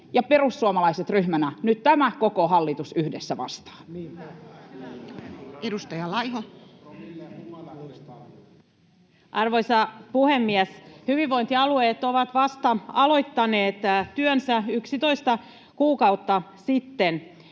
perussuomalaiset ryhmänä, tämä koko hallitus, nyt yhdessä vastaatte? Edustaja Laiho. Arvoisa puhemies! Hyvinvointialueet ovat vasta aloittaneet työnsä, 11 kuukautta sitten.